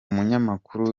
munyamakuru